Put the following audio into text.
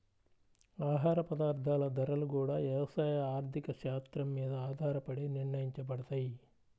ఆహార పదార్థాల ధరలు గూడా యవసాయ ఆర్థిక శాత్రం మీద ఆధారపడే నిర్ణయించబడతయ్